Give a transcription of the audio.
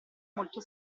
molto